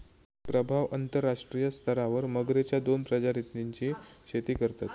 प्रभाव अंतरराष्ट्रीय स्तरावर मगरेच्या दोन प्रजातींची शेती करतत